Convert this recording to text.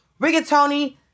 rigatoni